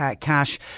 cash